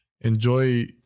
Enjoy